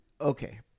okay